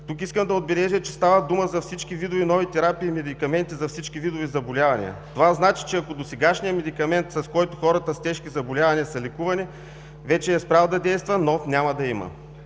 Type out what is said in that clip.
Тук искам да отбележа, че става дума за всички видове нови терапии и медикаменти за всички видове заболявания. Това значи, че ако досегашният медикамент, с който хората с тежки заболявания са лекувани, вече е спрял да действа, нов няма да има.